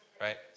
Right